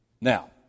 Now